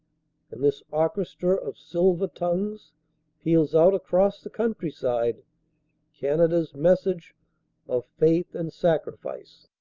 and this orchestra of silver tongues peals out across the countryside canada s message of faith and sacrifice.